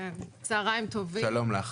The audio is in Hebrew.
שלום לך,